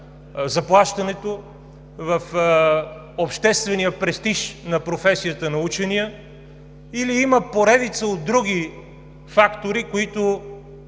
заплащането, в обществения престиж на професията на учения, или има поредица от други фактори, които